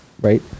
right